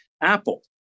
Apple